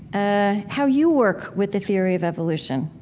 ah, how you work with the theory of evolution,